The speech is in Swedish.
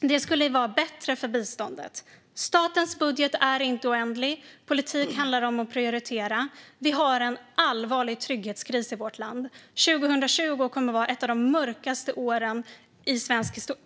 Det skulle vara bättre för biståndet. Statens budget är inte oändlig. Politik handlar om att prioritera. Vi har en allvarlig trygghetskris i vårt land. År 2020 kommer att vara ett av de mörkaste åren i svensk historia.